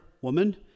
Woman